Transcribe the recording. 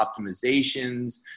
optimizations